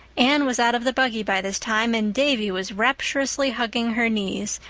anne was out of the buggy by this time, and davy was rapturously hugging her knees,